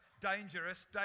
dangerous